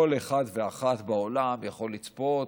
כל אחד ואחת בעולם יכול לצפות.